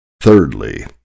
thirdly